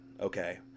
okay